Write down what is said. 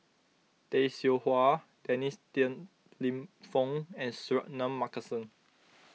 Tay Seow Huah Dennis Tan Lip Fong and Suratman Markasan